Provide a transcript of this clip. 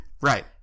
Right